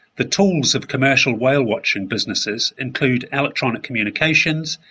the tools of commercial whale watching busineses include electronic communications,